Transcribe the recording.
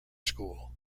school